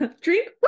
Drink